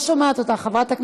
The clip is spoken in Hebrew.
מס' 4),